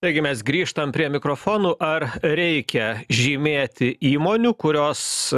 taigi mes grįžtam prie mikrofonų ar reikia žymėti įmonių kurios